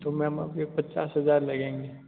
तो मैम अब यह पचास हजार लगेंगे